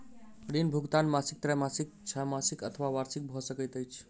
ऋण भुगतान मासिक त्रैमासिक, छौमासिक अथवा वार्षिक भ सकैत अछि